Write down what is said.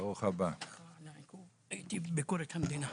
סליחה על העיכוב, הייתי בביקורת המדינה.